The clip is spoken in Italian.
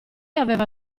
aveva